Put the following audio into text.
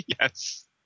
yes